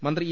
മന്ത്രി ഇ